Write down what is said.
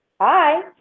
Hi